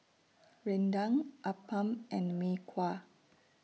Rendang Appam and Mee Kuah